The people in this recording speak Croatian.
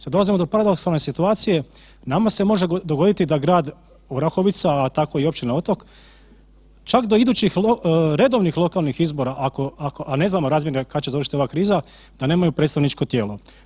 Sada dolazimo do paradoksalne situacije, nama se može dogoditi da grad Orahovica, a tko i Općina Otok čak do idućih redovnih lokalnih izbora, a ne znamo razmjere kada će završiti ova kriza, da nemaju predstavničko tijelo.